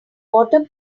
water